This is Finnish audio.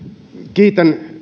kiitän